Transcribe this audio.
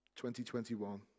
2021